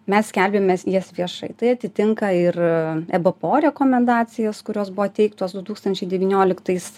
mes skelbiamės jas viešai tai atitinka ir ebpo rekomendacijas kurios buvo teiktos du tūkstančiai devynioliktais